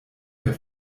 der